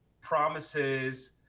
promises